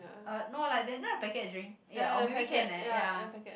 uh no like you know the packet drink ya or maybe can like ya